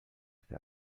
ese